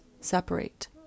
separate